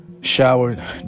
showered